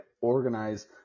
organize